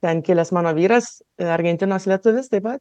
ten kilęs mano vyras argentinos lietuvis taip pat